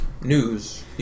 news